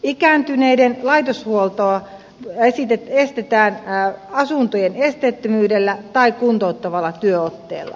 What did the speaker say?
ikääntyneiden laitoshuoltoa estetään asuntojen esteettömyydellä tai kuntouttavalla työotteella